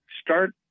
start